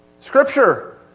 Scripture